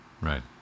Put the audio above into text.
Right